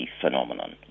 phenomenon